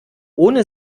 ohne